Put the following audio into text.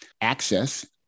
access